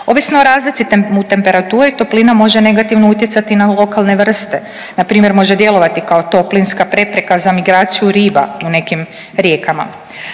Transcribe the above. Ovisno o razlici u temperaturi toplina može negativno utjecati i na lokalne vrste, npr. može djelovati kao toplinska prepreka za migraciju riba u nekim rijekama.